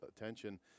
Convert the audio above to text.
attention